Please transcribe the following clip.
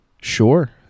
Sure